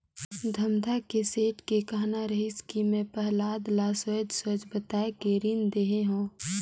धमधा के सेठ के कहना रहिस कि मैं पहलाद ल सोएझ सोएझ बताये के रीन देहे हो